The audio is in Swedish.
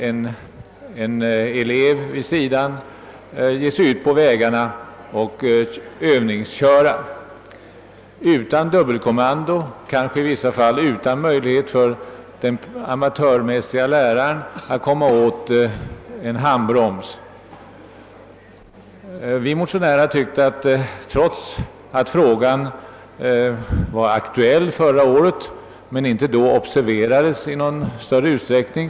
Körkortsinnehavaren kan ge sig ut på vägarna och låta en elev övningsköra utan att det finns tillgång till dubbelkommando i bilen. I vissa fall har amatörläraren kanske inte ens möjlighet att komma åt handbromsen. Denna fråga var aktuell i större sammanhang förra året men observerades inte då i någon större utsträckning.